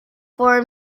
for